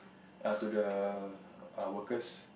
err to the err workers